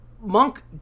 Monk